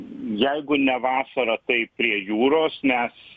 jeigu ne vasarą tai prie jūros mes